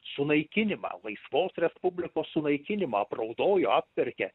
sunaikinimą laisvos respublikos sunaikinimą apraudojo apverkė